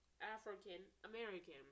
African-American